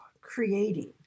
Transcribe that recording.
creating